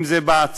אם זה בהעצמה,